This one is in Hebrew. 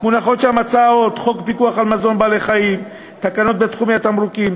מונחות הצעות חוק הפיקוח על מזון בעלי-חיים ותקנות בתחומי התמרוקים,